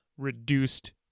reduced